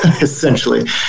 essentially